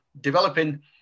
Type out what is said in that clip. developing